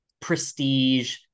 prestige